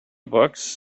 books